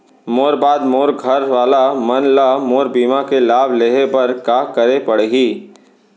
मोर बाद मोर घर वाला मन ला मोर बीमा के लाभ लेहे बर का करे पड़ही?